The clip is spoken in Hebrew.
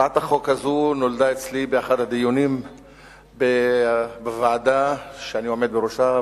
הצעת החוק הזאת נולדה אצלי לאחר דיונים בוועדה שאני עומד בראשה,